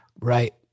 Right